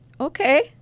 Okay